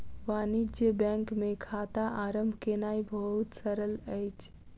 वाणिज्य बैंक मे खाता आरम्भ केनाई बहुत सरल अछि